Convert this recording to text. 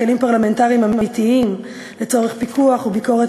כלים פרלמנטריים אמיתיים לצורך פיקוח וביקורת